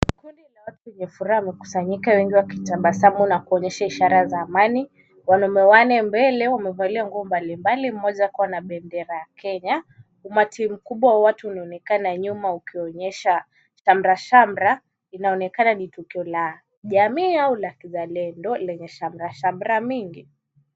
Kundi la watu wenye furaha wamekusanyika wengi wakitabasamu na kuonyesha ishara za amani, wanaume wanne mbele wamevalia nguo mbalimbali mmoja akiwa na bendera ya Kenya, umati mkubwa wa watu unaonekana nyuma ukionyesha shamra shamra inaonekana ni tukio la jamii au la kizalendo lenye shamra shamra mingi.